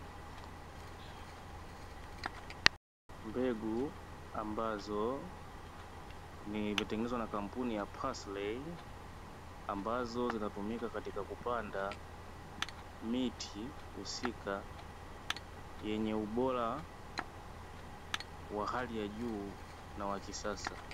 Mbegu ambazo zimetengenezwa na kampuni ya "paisley" ambazo zinatumika katika kupanda miti husika, yenye ubora wa hali ya juu na kisasa.